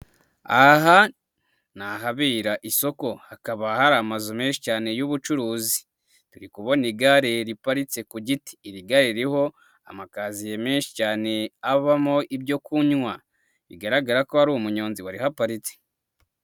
Aha ni ahabera isoko, hakaba hari amazu menshi cyane y'ubucuruzi, turi kubona igare riparitse ku giti, iri gare ririho amakaziye menshi cyane avamo ibyo kunywa, bigaragara ko ari umunyonzi warihaparitse.